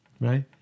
Right